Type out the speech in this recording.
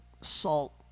salt